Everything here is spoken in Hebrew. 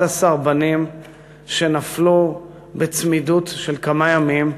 11 בנים שנפלו בצמידות של כמה ימים,